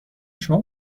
شما